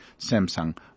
Samsung